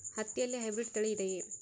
ಹತ್ತಿಯಲ್ಲಿ ಹೈಬ್ರಿಡ್ ತಳಿ ಇದೆಯೇ?